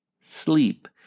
sleep